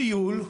טיול,